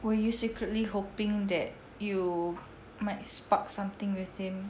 were you secretly hoping that you might spark something with him